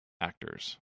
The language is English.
actors